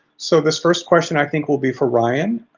so this first question, i think will be for ryan,